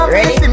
Ready